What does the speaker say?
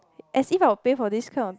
as if I would pay for this kind of